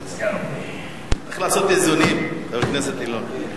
צריך לעשות איזונים, חבר הכנסת אילון.